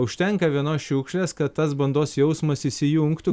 užtenka vienos šiukšlės kad tas bandos jausmas įsijungtų